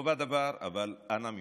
טוב הדבר, אבל אנא ממך,